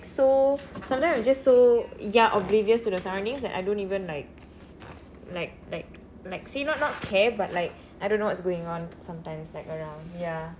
so sometimes I'm just so ya oblivious to the surroundings that I don't even like like like like say not not care but like I don't know what's going on sometimes like around ya